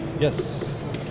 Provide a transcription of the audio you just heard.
Yes